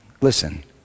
listen